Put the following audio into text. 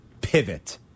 pivot